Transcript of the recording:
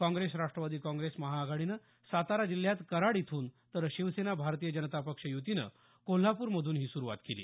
काँग्रेस राष्ट्रवादी काँग्रेस महाआघाडीनं सातारा जिल्ह्यात कराड इथ्रन तर शिवसेना भारतीय जनता पक्ष युतीनं कोल्हापूरमधून ही सुरूवात केली